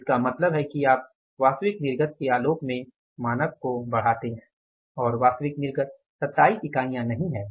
तो इसका मतलब है कि आप वास्तविक निर्गत के आलोक में मानक को बढ़ाते हैं और वास्तविक निर्गत 27 इकाई नहीं है